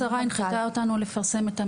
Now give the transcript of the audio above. השרה הנחתה אותנו לפרסם את המסמך,